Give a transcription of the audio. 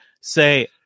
say